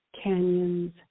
canyons